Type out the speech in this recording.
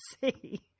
see